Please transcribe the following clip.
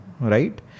right